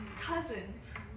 cousins